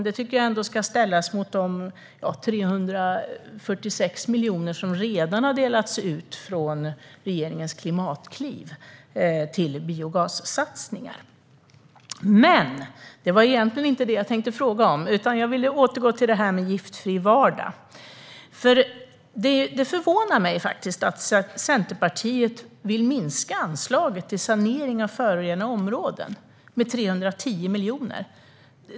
Det ska ställas mot de 346 miljoner som redan har delats ut till biogassatsning från regeringens Klimatklivet. Låt mig återgå till det här med giftfri vardag. Det förvånar mig att Centerpartiet vill minska anslaget till sanering av förorenade områden med 310 miljoner.